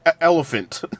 elephant